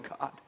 God